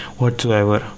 whatsoever